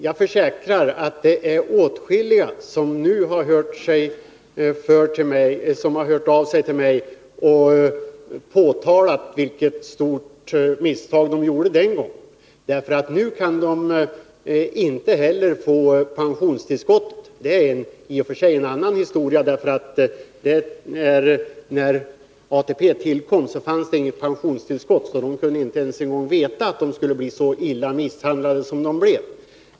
Jag försäkrar att det är åtskilliga som nu har hört av sig till mig och framhållit vilket stort misstag de gjorde den gången. Nu kan de inte heller få pensionstillskott. Det är i och för sig en annan historia. När ATP tillkom fanns det inget pensionstillskott, så de kunde inte ens veta att de skulle bli så illa misshandlade som de blev.